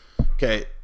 Okay